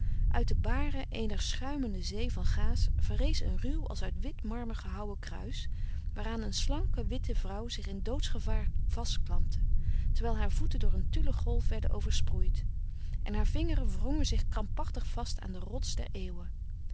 uit de baren eener schuimende zee van gaas verrees een ruw als uit wit marmer gehouwen kruis waaraan een slanke witte vrouw zich in doodsgevaar vastklampte terwijl haar voeten door een tulle golf werden oversproeid en haar vingeren wrongen zich krampachtig vast aan de rots der eeuwen